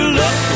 look